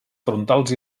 frontals